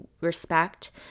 respect